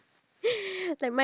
what